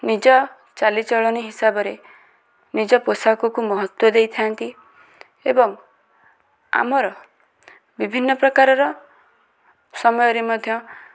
ନିଜ ଚାଲିଚଳଣି ହିସାବରେ ନିଜ ପୋଷାକକୁ ମହତ୍ତ୍ଵ ଦେଇଥାନ୍ତି ଏବଂ ଆମର ବିଭିନ୍ନ ପ୍ରକାରର ସମୟରେ ମଧ୍ୟ